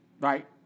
Right